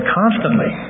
constantly